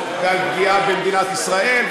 ועל פגיעה במדינת ישראל,